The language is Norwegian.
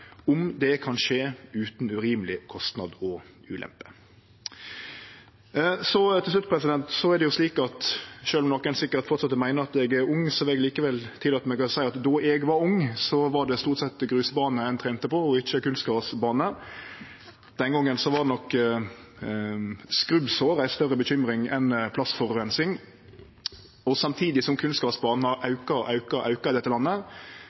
om det kan skje utan urimeleg kostnad og ulempe. Til slutt er det slik at sjølv om nokre sikkert fortset å meine at eg er ung, vil eg likevel tillate meg å seie at då eg var ung, var det stort sett grusbane ein trente på og ikkje kunstgrasbane. Den gongen var nok skrubbsår ei større bekymring enn plastforureining. Samtidig som kunstgrasbaner har auka og auka og auka i dette landet,